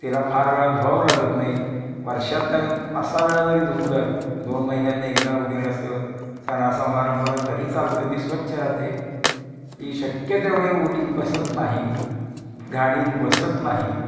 तिला फार वेळा धुवावं लागत नाही वर्षातनं पाच सहा वेळा जरी धुतलंत दोन महिन्यांनी एकदा वगैरे असं सणा समारंभाला तरी चालतं ती स्वच्छ राहते ती शक्य तेवढे ओलीत बसत नाही घाणीत बसत नाही